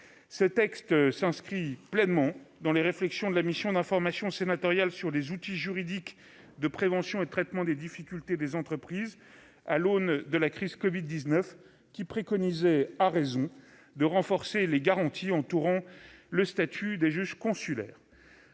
Ce texte s'inscrit pleinement dans les réflexions de la mission d'information sénatoriale sur les outils juridiques de prévention et de traitement des difficultés des entreprises à l'aune de la crise de la covid-19, qui préconisait, à raison, de renforcer les garanties entourant le statut des juges consulaires.